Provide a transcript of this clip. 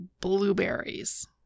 blueberries